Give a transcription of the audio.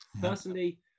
personally